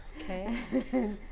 Okay